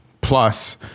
plus